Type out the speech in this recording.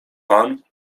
pan